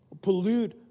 pollute